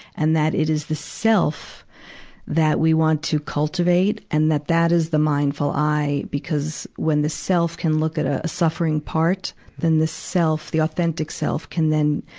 and that it is the self that we want to cultivate. and that that is the mindful eye, because when the self can look at a, a suffering part, then this self, the authentic self, can then,